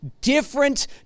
different